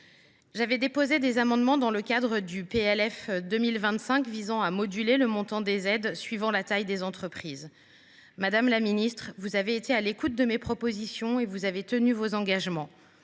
j’avais déposé des amendements visant à moduler le montant des aides suivant la taille des entreprises. Madame la ministre, vous avez été à l’écoute de mes propositions et vous avez tenu vos engagements.